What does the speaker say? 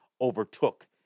overtook